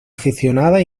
aficionada